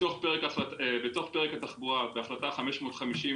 בתוך פרק התחבורה בהחלטה 550,